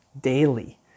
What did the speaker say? daily